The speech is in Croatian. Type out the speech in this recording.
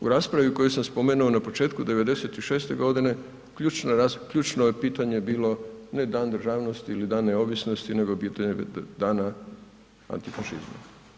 U raspravi koju sam spomenuo na početku '96. godine ključno je pitanje bilo ne Dan državnosti ili Dan neovisnosti nego pitanje Dana antifašizma.